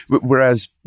whereas